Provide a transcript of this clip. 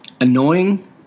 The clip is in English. annoying